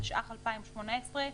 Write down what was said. התשע"ח-2018,